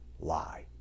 lie